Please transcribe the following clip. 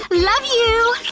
love you!